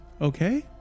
Okay